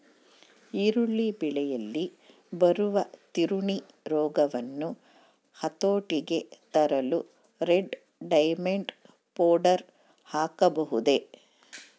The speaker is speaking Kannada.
ಈರುಳ್ಳಿ ಬೆಳೆಯಲ್ಲಿ ಬರುವ ತಿರಣಿ ರೋಗವನ್ನು ಹತೋಟಿಗೆ ತರಲು ರೆಡ್ ಡೈಮಂಡ್ ಪೌಡರ್ ಹಾಕಬಹುದೇ?